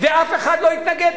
ואף אחד לא התנגד.